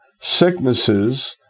sicknesses